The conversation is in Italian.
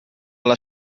alle